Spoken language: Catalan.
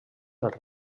dels